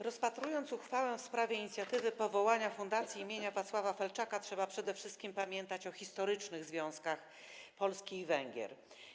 Rozpatrując uchwałę w sprawie inicjatywy powołania Fundacji im. Wacława Felczaka, trzeba przede wszystkim pamiętać o historycznych związkach Polski i Węgier.